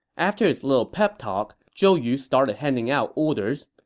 after his little pep talk, zhou yu started handing out orders.